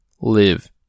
live